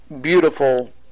beautiful